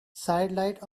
sidelights